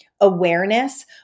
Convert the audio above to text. awareness